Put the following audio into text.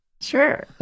sure